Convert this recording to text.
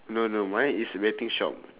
no no mine is betting shop